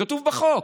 כתוב בחוק,